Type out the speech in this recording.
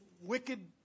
wicked